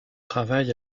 travail